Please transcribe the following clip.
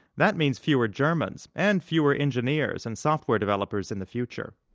that means fewer germans, and fewer engineers and software developers in the future